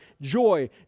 joy